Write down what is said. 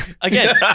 Again